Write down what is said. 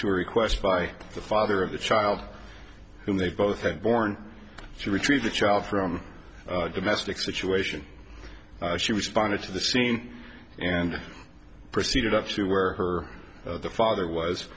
a request by the father of the child whom they both had born to retrieve the child from domestic situation she was spotted to the scene and proceeded up to where her father was